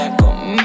come